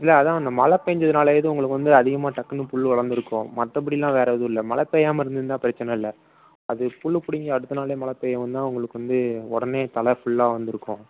இல்லை அதுதான் இந்த மழை பேஞ்சதுனால் எதுவும் உங்களுக்கு வந்து அதிகமாக டக்குனு புல் வளர்ந்துருக்கும் மற்றபடில்லாம் வேறு எதுவும் இல்லை மழை பெய்யாமல் இருந்திருந்தா பிரச்சின இல்லை அது புல் பிடுங்கி அடுத்த நாளே மழை பெய்யவும் தான் உங்களுக்கு வந்து உடனே தழை ஃபுல்லாக வந்திருக்கும்